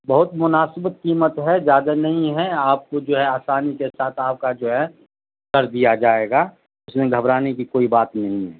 بہت مناسبت قیمت ہے زیادہ نہیں ہے آپ کو جو ہے آسانی کے ساتھ آپ کا جو ہے کر دیا جائے گا اس میں گھبرانے کی کوئی بات نہیں ہے